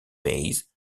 base